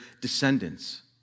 descendants